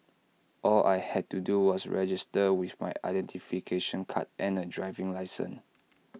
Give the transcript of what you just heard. all I had to do was register with my identification card and A driving licence